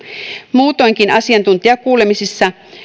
muutoinkin asiantuntijakuulemisissa